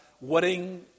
wedding